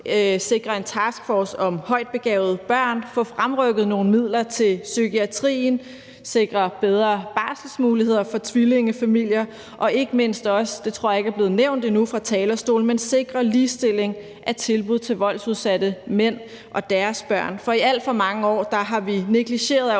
sikre en taskforce om højtbegavede børn, få fremrykket nogle midler til psykiatrien, sikre bedre barselsmuligheder for tvillingefamilier og ikke mindst også – det tror jeg ikke er blevet nævnt endnu fra talerstolen – sikre ligestilling i tilbuddene til voldsudsatte mænd og deres børn. For i alt for mange år har vi negligeret, at